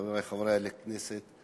חברי חברי הכנסת,